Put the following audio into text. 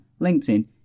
LinkedIn